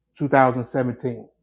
2017